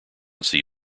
see